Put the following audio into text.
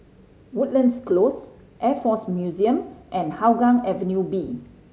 Woodlands Close Air Force Museum and Hougang Avenue B